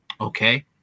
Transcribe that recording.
Okay